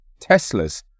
Teslas